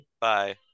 bye